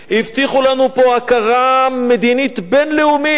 הבטיחו לנו פה הכרה מדינית בין-לאומית,